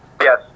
Yes